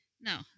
No